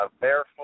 Barefoot